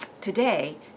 today